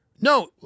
No